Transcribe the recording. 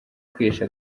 kwihesha